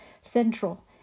Central